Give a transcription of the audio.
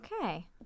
Okay